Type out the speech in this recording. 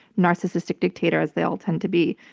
narcissistic dictator as they all tend to be.